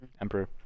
emperor